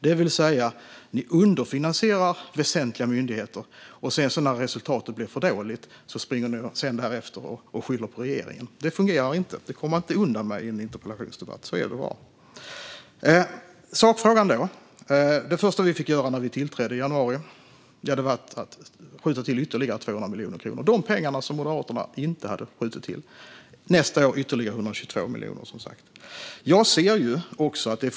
Ni i Moderaterna underfinansierar väsentliga myndigheter, och när resultatet sedan blir för dåligt skyller ni på regeringen. Det fungerar inte, och man kommer inte undan med det i en interpellationsdebatt. Så är det bara. Åter till sakfrågan. Det första vi fick göra när vi tillträdde i januari var att skjuta till ytterligare 200 miljoner kronor, det vill säga de pengar som Moderaterna inte hade skjutit till. Nästa år blir det som sagt ytterligare 122 miljoner.